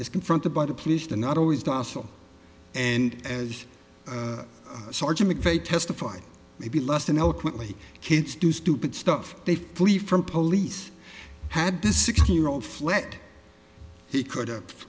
is confronted by the police they're not always docile and as sergeant mcveigh testified maybe less than eloquently kids do stupid stuff they flee from police had this sixteen year old fled he could have